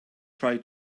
try